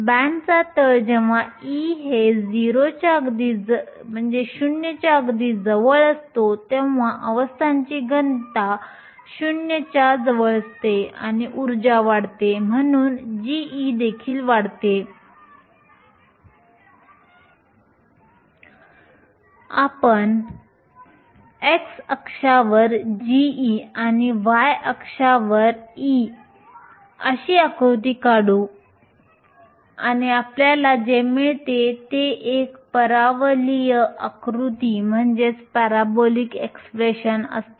बँडचा तळ जेव्हा e हे 0 च्या अगदी जवळ असतो तेव्हा अवस्थांची घनता 0 च्या जवळ असते आणि उर्जा वाढते म्हणून g देखील वाढते आम्ही x अक्षावर g आणि y अक्षावर E अशी आकृती काढू शकतो आणि आपल्याला जे मिळते ते एक परवलयिक आकृती पॅरॅबोलिक एक्स्प्रेशन असते